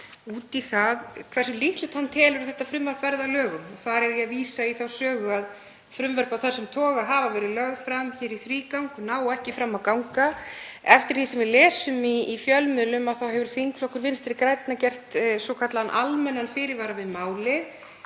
út í það hversu líklegt hann telur að þetta frumvarp verði að lögum, og þar er ég að vísa í þá sögu að frumvörp af þessum toga hafa verið lögð fram í þrígang og ekki náð fram að ganga. Eftir því sem við lesum í fjölmiðlum hefur þingflokkur Vinstri grænna gert svokallaðan almennan fyrirvara við málið.